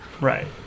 Right